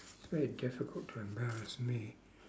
it's very difficult to embarrass me